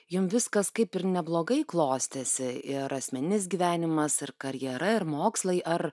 jum viskas kaip ir neblogai klostėsi ir asmeninis gyvenimas ir karjera ir mokslai ar